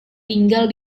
tinggal